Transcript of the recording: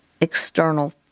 external